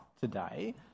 today